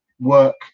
work